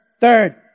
third